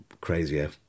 crazier